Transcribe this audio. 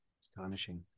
astonishing